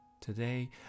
Today